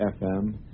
FM